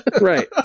Right